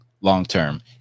long-term